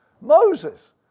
Moses